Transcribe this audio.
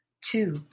two